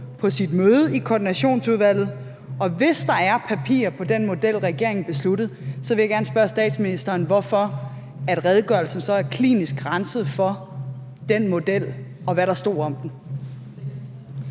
på sit møde i koordinationsudvalget. Og hvis der er papirer på den model, regeringen besluttede, så vil jeg gerne spørge statsministeren, hvorfor redegørelsen er klinisk renset for den model, og hvad der stod om den.